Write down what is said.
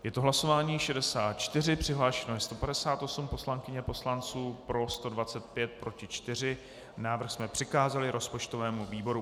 Je to hlasování číslo 64, přihlášeno je 158 poslankyň a poslanců, pro 125, proti 4, návrh jsme přikázali rozpočtovému výboru.